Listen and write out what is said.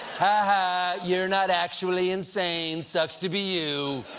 haha, you're not actually insane! sucks to be you!